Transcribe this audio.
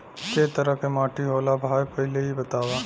कै तरह के माटी होला भाय पहिले इ बतावा?